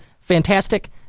fantastic